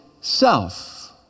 self